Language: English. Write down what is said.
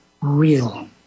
real